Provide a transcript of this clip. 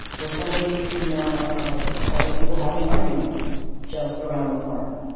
or somebody. you know ah a couple of people having an argument just around the corner,